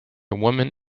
women